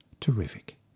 Terrific